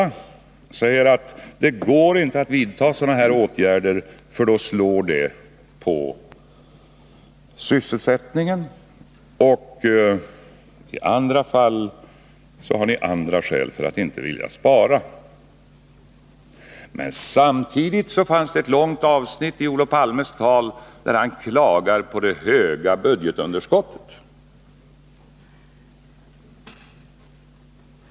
Ni säger att det inte går att vidta sådana åtgärder som föreslås för att de slår mot sysselsättningen. I andra fall har ni andra skäl för att inte spara. Men i Olof Palmes tal fanns det samtidigt ett långt avsnitt där han klagade över det stora budgetunderskottet.